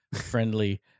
friendly